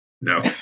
no